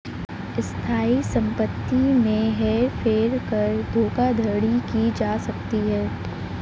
स्थायी संपत्ति में हेर फेर कर धोखाधड़ी की जा सकती है